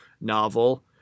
novel